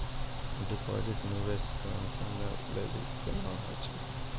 Deposit निवेश कम समय के लेली होय छै?